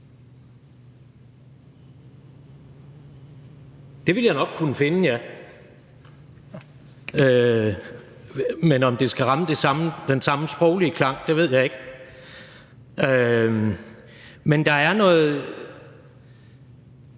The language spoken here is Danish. Det ville jeg nok kunne finde. Men om det skal ramme den samme sproglige klang, ved jeg ikke. Der er faktisk